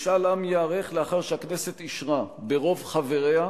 משאל עם ייערך לאחר שהכנסת אישרה, ברוב חבריה,